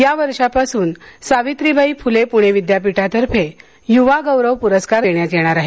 या वर्षापासून सावित्रीबाई फुले पुणे विद्यापीठातर्फे युवा गौरव पुरस्कार देण्यात येणार आहे